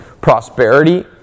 Prosperity